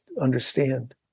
understand